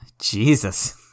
Jesus